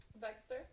Baxter